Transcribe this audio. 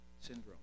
syndrome